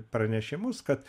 pranešimus kad